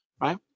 right